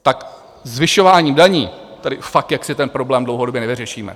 Tak zvyšováním daní tedy fakt jaksi ten problém dlouhodobě nevyřešíme.